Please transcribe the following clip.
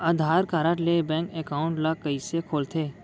आधार card ले bank account ल कइसे खोलथे?